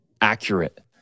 accurate